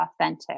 authentic